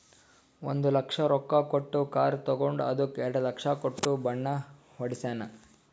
ಒಂದ್ ಲಕ್ಷ ರೊಕ್ಕಾ ಕೊಟ್ಟು ಕಾರ್ ತಗೊಂಡು ಅದ್ದುಕ ಎರಡ ಲಕ್ಷ ಕೊಟ್ಟು ಬಣ್ಣಾ ಹೊಡ್ಸ್ಯಾನ್